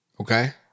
Okay